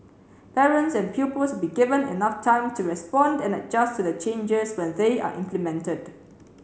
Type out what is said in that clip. parents and pupils be given enough time to respond and adjust to the changes when they are implemented